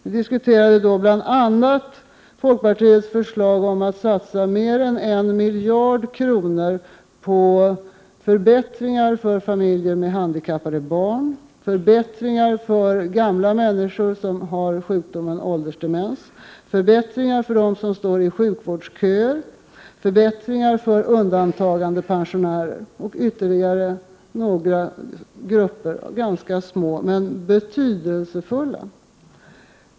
Vi diskuterade bl.a. folkpartiets förslag om att satsa mer än 1 miljard kronor på förbättringar för familjer med handikappade barn, förbättringar för gamla människor som har sjukdomen åldersdemens, förbättringar för dem som står i sjukvårdsköer, förbättringar för undantagandepensionärer och ytterligare några ganska små men betydelsefulla grupper.